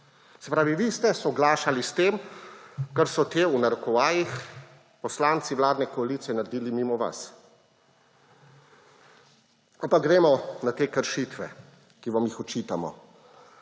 Se pravi, vi ste soglašali s tem, kar so ti »poslanci vladne koalicije« naredili mimo vas. Ampak gremo na te kršitve, ki vam jih očitamo.